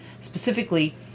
specifically